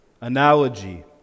analogy